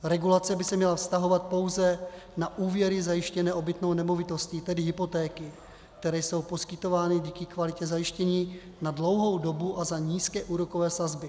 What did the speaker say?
Regulace by se měla vztahovat pouze na úvěry zajištěné obytnou nemovitostí, tedy hypotéky, které jsou poskytovány díky kvalitě zajištění na dlouhou dobu a za nízké úrokové sazby.